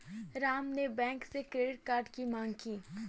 राम ने बैंक से credit card की माँग की